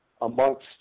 amongst